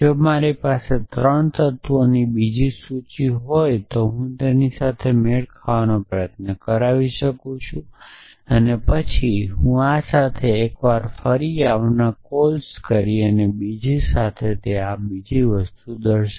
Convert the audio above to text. જો મારી પાસે 3 તત્વોની બીજી સૂચિ છે કે હું તેનો મેળ ખાવાનો પ્રયત્ન કરી શકું છું અને પછી હું આ સાથે એકવાર ફરી આવનારા કોલ્સ કરીશ પછી આ બીજા સાથે અને બીજું આ સાથે